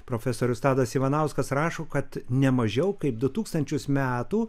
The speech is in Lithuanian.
profesorius tadas ivanauskas rašo kad nemažiau kaip du tūkstančius metų